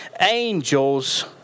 angels